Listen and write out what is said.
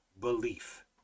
belief